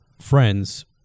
friends